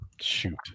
Shoot